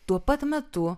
tuo pat metu